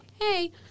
hey